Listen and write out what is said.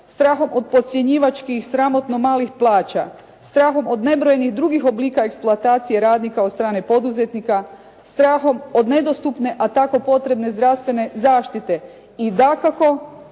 strahom od podcjenjivačkih i sramotno malih plaća, strahom od nebrojenih drugih oblika eksploatacije radnika od strane poduzetnika, strahom od nedostupne, a tako potrebne zdravstvene zaštite i dakako,